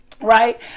right